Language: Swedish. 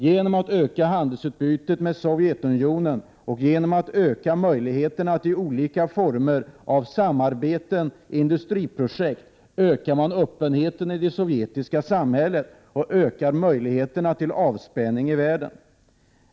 Genom att öka handelsutbytet med Sovjetunionen och öka möjligheterna till olika former av samarbete och industriprojekt, ökar man öppenheten i det sovjetiska samhället och möjligheterna till avspänning i världen.